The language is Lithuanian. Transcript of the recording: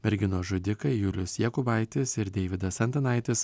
merginos žudikai julius jakubaitis ir deividas antanaitis